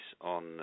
on